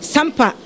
Sampa